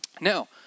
Now